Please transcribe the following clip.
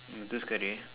Muthu's curry